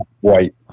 white